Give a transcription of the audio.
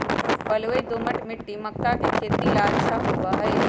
बलुई, दोमट मिट्टी मक्का के खेती ला अच्छा होबा हई